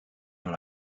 dans